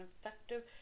effective